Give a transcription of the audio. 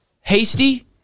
hasty